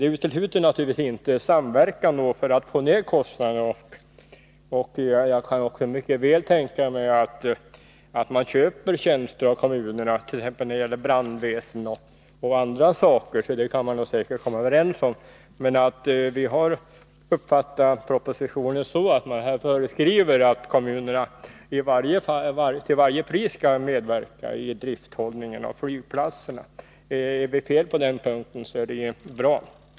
Det utesluter naturligtvis inte samverkan för att få ned kostnaderna, och jag kan också mycket väl tänka mig att man köper tjänster av kommunerna, t.ex. när det gäller brandväsendet och annat. Sådant kan man säkert komma överens om. Vi har emellertid uppfattat propositionen så att man där föreskriver att kommunerna till varje pris skall medverka i drifthållningen av flygplatserna. Har vi fel på den punkten, är det bra.